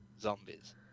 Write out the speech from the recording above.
zombies